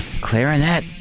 clarinet